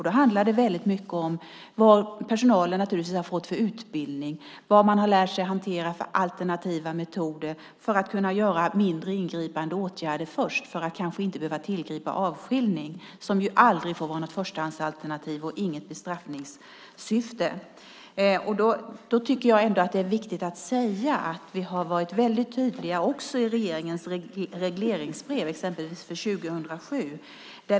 Det handlar väldigt mycket om vilken utbildning som personalen har fått och vilka alternativa metoder som man lärt sig hantera för att först kunna göra mindre ingripande åtgärder. Man behöver kanske inte tillgripa avskiljning, som aldrig får vara något första alternativ och inte ha något bestraffningssyfte. Det är viktigt att säga att vi också har varit väldigt tydliga i regeringens regleringsbrev för exempelvis år 2007.